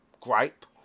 gripe